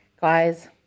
guys